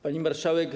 Pani Marszałek!